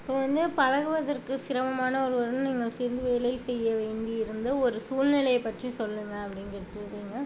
இப்போது வந்து பழகுவதற்கு சிரமமான ஒருவரிடம் நீங்கள் சேர்ந்து வேலை செய்ய வேண்டியிருந்த ஒரு சூழ்நிலையை பற்றி சொல்லுங்க அப்படின்னு கேட்டிருக்கீங்க